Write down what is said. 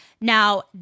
Now